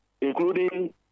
including